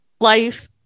life